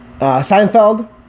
Seinfeld